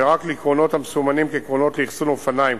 ורק לקרונות המסומנים כקרונות לאחסון אופניים,